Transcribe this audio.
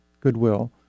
Goodwill